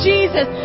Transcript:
Jesus